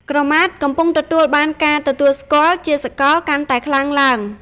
ក្រមាកំពុងទទួលបាន ការទទួលស្គាល់ជាសកល កាន់តែខ្លាំងឡើង។